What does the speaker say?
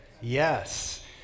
yes